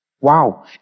wow